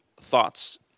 thoughts